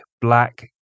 black